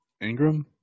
Ingram